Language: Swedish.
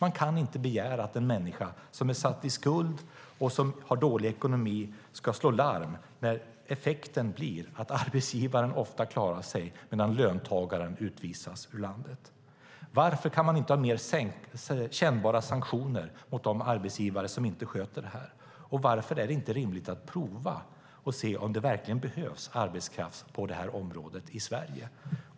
Vi kan inte begära att en människa som är skatt i skuld och som har dålig ekonomi ska slå larm när effekten blir att arbetsgivaren klarar sig medan löntagaren utvisas ur landet? Varför kan ni inte ha mer kännbara sanktioner mot de arbetsgivare som inte sköter sig? Varför är det inte rimligt att pröva om det behövs arbetskraft på detta område i Sverige?